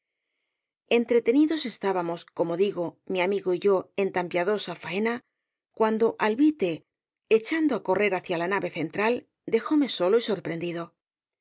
entretenidos estábamos como digo mi amigo y yo en tan piadosa faena cuando alvite echando á correr hacia la nave central dejóme solo y sorprendido